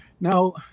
Now